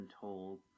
told